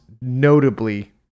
notably